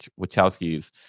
Wachowskis